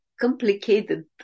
complicated